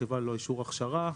רכיבה ללא אישור הכשרה,